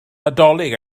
nadolig